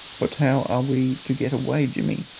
but how are we to get away, jimmy?